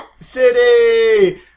city